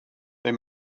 they